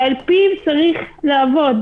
ועל-פיו יש לעבוד.